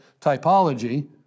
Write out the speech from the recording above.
typology